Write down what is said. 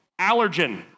allergen